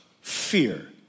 fear